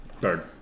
Bird